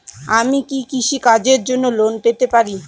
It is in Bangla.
আমি কি কৃষি কাজের জন্য লোন পেতে পারি?